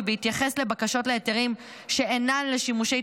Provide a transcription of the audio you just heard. כי בהתייחס לבקשות להיתרים שאינן לשימושי